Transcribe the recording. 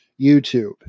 YouTube